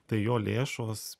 tai jo lėšos